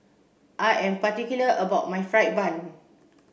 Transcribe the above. I am particular about my fried bun